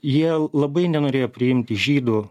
jie labai nenorėjo priimti žydų